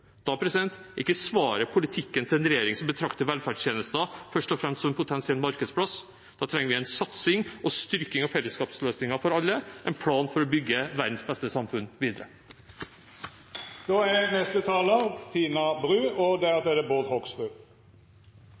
Da er ikke svaret politikken til en regjering som betrakter velferdstjenester først og fremst som en potensiell markedsplass. Da trenger vi en satsing på og en styrking av fellesskapsløsninger for alle, en plan for å bygge verdens beste samfunn videre. Klima- og